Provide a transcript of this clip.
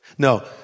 No